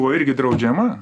buvo irgi draudžiama